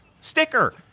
Sticker